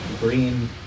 green